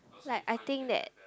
like I think that